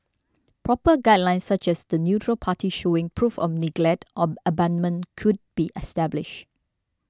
proper guidelines such as the neutral party showing proof of neglect or abandonment could be established